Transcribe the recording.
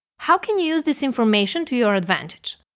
how can you use this information to your advantage?